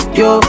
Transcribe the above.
yo